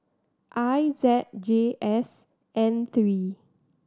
I Z J S N three